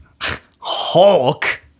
Hulk